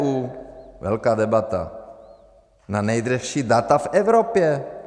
ČTÚ, velká debata na nejdražší data v Evropě.